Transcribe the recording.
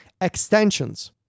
Extensions